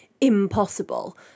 impossible